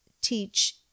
teach